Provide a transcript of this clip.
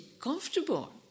comfortable